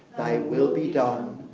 will be done,